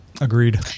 Agreed